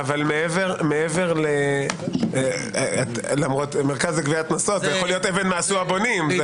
מעבר מרכז לגביית קנסות, אבן מאסו הבונים.